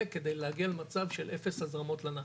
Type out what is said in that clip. ועל מנת להגיע למצב של אפס הזרמות לנחל.